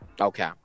Okay